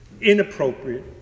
inappropriate